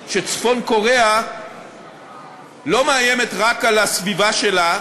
שצפון-קוריאה לא מאיימת רק על הסביבה שלה,